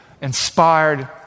inspired